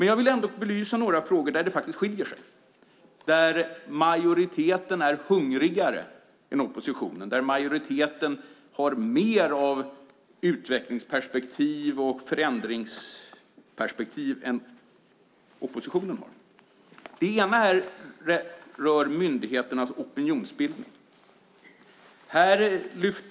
Jag vill belysa några frågor där det faktiskt skiljer sig - frågor där majoriteten är hungrigare än oppositionen och där majoriteten har mer av utvecklingsperspektiv och förändringsperspektiv än oppositionen. En skillnad rör myndigheternas opinionsbildning.